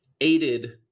aided